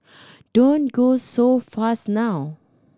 don't go so fast now